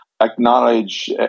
acknowledge